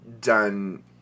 done